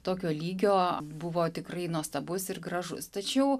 tokio lygio buvo tikrai nuostabus ir gražus tačiau